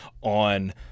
on